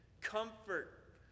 comfort